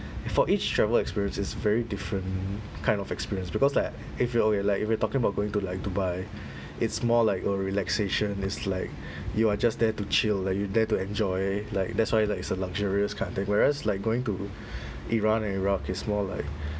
for each travel experience is very different kind of experience because like if you like okay like if you talking about going to like dubai it's more like a relaxation is like you are just there to chill like you're there to enjoy like that's why like is a luxurious kind of thing whereas like going to iran and iraq is more like